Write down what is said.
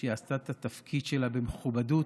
שהיא עשתה את התפקיד שלה במכובדות,